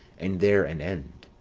and there an end.